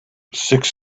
six